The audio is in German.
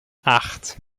acht